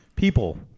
people